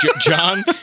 John